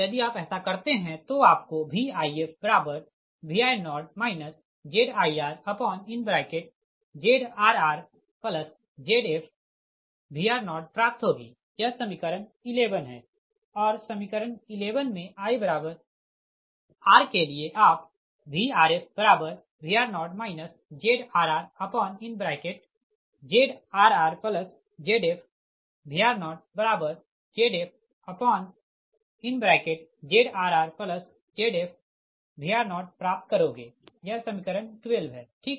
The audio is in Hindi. यदि आप ऐसा करते है तो आपको VifVi0 ZirZrrZf Vr0 प्राप्त होगी यह समीकरण 11 है और समीकरण 11 मे ir के लिए आप VrfVr0 ZrrZrrZf Vr0ZfZrrZf Vr0 प्राप्त करोगे यह समीकरण 12 है ठीक